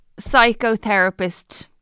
psychotherapist